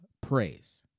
praise